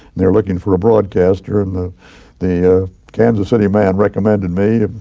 they were looking for a broadcaster. and the the kansas city man recommended me,